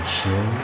show